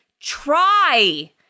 try